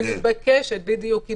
היא מתבקשת, בדיוק.